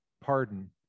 pardon